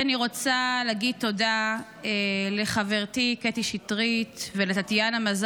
אני מציין גם את חברי הכנסת אחמד טיבי ויוסף עטאונה,